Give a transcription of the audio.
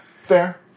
fair